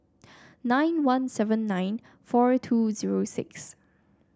nine one seven nine four two zero six